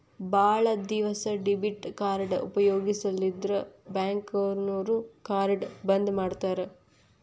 ಭಾಳ್ ದಿವಸ ಡೆಬಿಟ್ ಕಾರ್ಡ್ನ ಉಪಯೋಗಿಸಿಲ್ಲಂದ್ರ ಬ್ಯಾಂಕ್ನೋರು ಕಾರ್ಡ್ನ ಬಂದ್ ಮಾಡ್ತಾರಾ